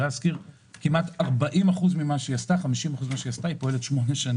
כמעט 50% ממה שעשתה דירה להשכיר